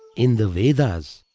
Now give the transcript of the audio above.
in the vedas,